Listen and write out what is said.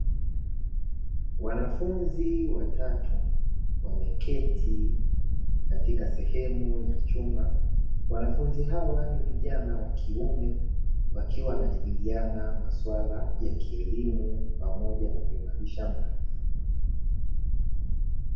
Wanafunzi watatu wameketi katika sehemu ya chumba, wanafunzi hawa ni vijana wa kiume, wakiwa wanajadiliana masuala ya kielimu pamoja na kuimarisha maarifa.